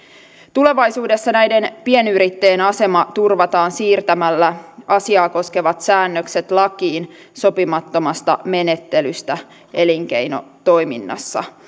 tulevaisuudessa näiden pienyrittäjien asema turvataan siirtämällä asiaa koskevat säännökset lakiin sopimattomasta menettelystä elinkeinotoiminnassa